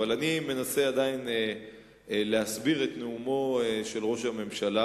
אני עדיין מנסה להסביר את נאומו של ראש הממשלה